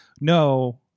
no